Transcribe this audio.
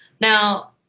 Now